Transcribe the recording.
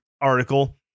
article